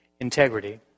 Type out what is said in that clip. integrity